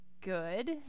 good